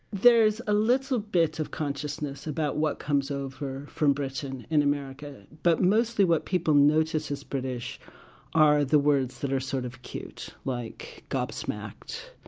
there's a little bit of consciousness about what comes over from britain in america, but mostly what people notice is british are the words that are sort of cute, like gobsmacked,